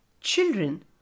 Children